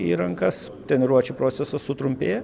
į rankas treniruočių procesas sutrumpėja